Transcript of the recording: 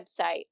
website